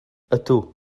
ydw